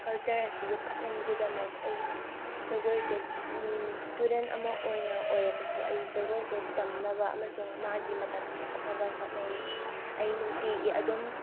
culture ꯑꯁꯤ ꯌꯣꯛꯈꯠꯅꯤꯡꯕꯒꯤꯗꯃꯛ ꯑꯩ ꯖꯒꯣꯏꯁꯦ ꯏꯁꯇꯨꯗꯦꯟ ꯑꯃ ꯑꯣꯏꯅ ꯑꯣꯏꯔꯕꯁꯨ ꯑꯩ ꯖꯒꯣꯏꯁꯦ ꯇꯝꯅꯕ ꯑꯃꯁꯨꯡ ꯃꯥꯒꯤ ꯃꯇꯝ ꯀꯥꯏꯊꯣꯛꯅꯕ ꯍꯣꯠꯅꯩ ꯑꯩ ꯅꯨꯡꯇꯤꯒꯤ ꯑꯗꯨꯝ